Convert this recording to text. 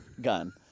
gun